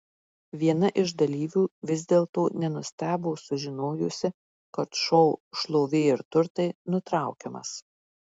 viena iš dalyvių vis dėlto nenustebo sužinojusi kad šou šlovė ir turtai nutraukiamas